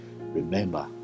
Remember